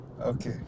Okay